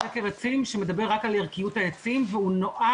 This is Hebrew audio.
הוא סקר עצים שמדבר רק על ערכיות העצים ונועד